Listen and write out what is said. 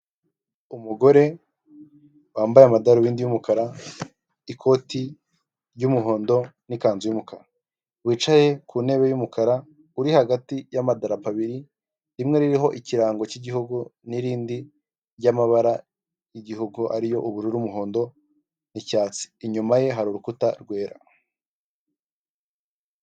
Umugore wambaye amadarubindi y'umukara ikoti ry'umuhondo n'ikanzu y'umukara, wicaye ku ntebe y'umukara uri hagati y'amadarapo abiri rimwe ririho ikirango k'igihugu n'irindi ry'amabara yigihugu arimo ubururu, umuhondo n'icyatsi, inyuma ye hari urukuta rwera.